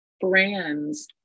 brands